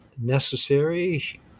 necessary